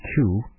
two